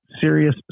serious